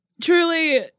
Truly